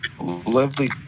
lovely